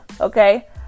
okay